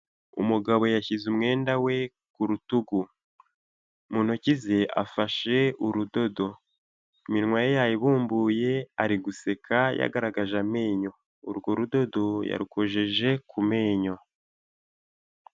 Umugabo yashyize umwenda we ku rutugu, mu ntoki ze afashe urudodo iminwa ye yayibumbuye ari guseka yagaragaje amenyo urwo rudodo yarukojeje ku menyo.